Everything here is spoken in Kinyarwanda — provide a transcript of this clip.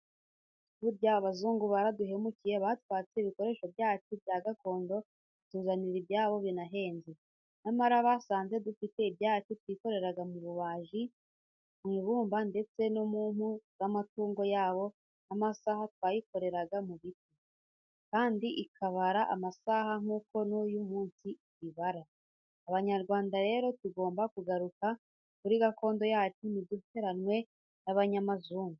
Burya abazungu baraduhemukiye batwatse ibikoresho byacu bya gakondo, batuzanira ibyabo binahenze, nyamara basanze dufite ibyacu twikoreraga mu bubaji, mu ibumba ndetse no mu mpu z'amatungo yabo n'amasaha twayikoreraga mu biti, kandi ikabara amasaha nk'uko n'uyu munsi bibara, Abanyarwanda rero tugomba kugaruka kuri gakondo yacu ntiduheranwe n'ibinyabazungu.